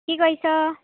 কি কৰিছ